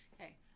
Okay